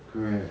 correct